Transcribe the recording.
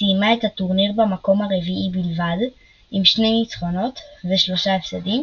סיימה את הטורניר במקום הרביעי בלבד עם שני ניצחונות ושלושה הפסדים,